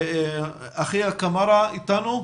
אחיה קמארה איתנו?